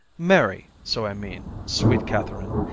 marry, so i mean, sweet katherine,